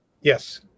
Yes